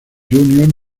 juniors